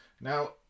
Now